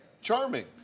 charming